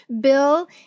bill